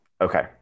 Okay